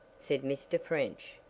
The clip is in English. said mr. french,